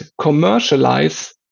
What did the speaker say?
commercialize